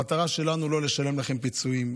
המטרה שלנו היא לא לשלם לכם פיצויים,